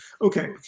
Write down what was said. Okay